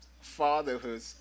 fatherhood